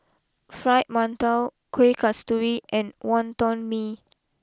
Fried Mantou Kuih Kasturi and Wonton Mee